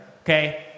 okay